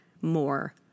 more